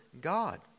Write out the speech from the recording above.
God